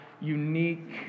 unique